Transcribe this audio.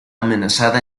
amenazada